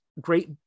great